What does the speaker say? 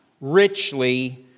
richly